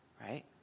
right